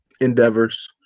endeavors